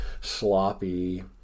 sloppy